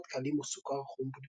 סוכר דקלים או סוכר חום,